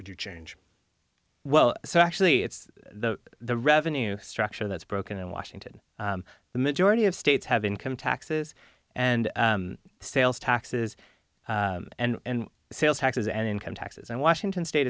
would you change well so actually it's the the revenue structure that's broken in washington the majority of states have income taxes and sales taxes and sales taxes and income taxes and washington state